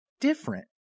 different